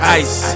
ice